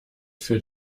für